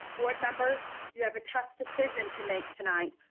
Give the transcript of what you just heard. board members, you have a tough decision to make tonight.